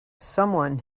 someone